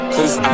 Cause